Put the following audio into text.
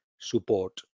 support